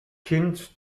kind